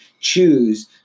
choose